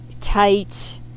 tight